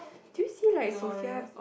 do you see like Sofia